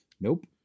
Nope